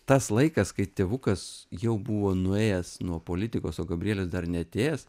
tas laikas kai tėvukas jau buvo nuėjęs nuo politikos o gabrielius dar neatėjęs